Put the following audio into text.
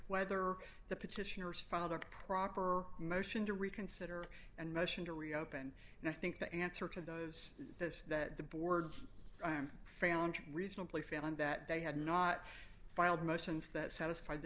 whether the petitioners father proper motion to reconsider and motion to reopen and i think the answer to those this that the board i am reasonably found that they had not filed motions that satisfied the